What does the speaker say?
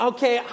Okay